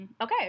Okay